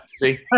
See